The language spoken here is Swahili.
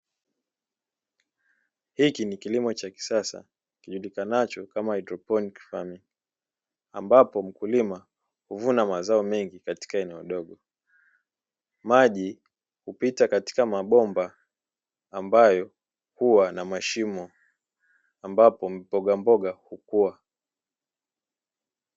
Hiki ni kilimo cha kisasa kijulikanacho kama haidroponi famingi, ambapo mkulima huvuna mazao mengi katika eneo dogo, maji hupita katika mabomba ambayo huwa na mashimo ambapo mbogamboga hukua.